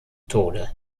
tode